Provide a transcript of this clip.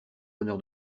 honneur